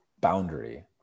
boundary